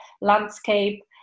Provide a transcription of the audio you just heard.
landscape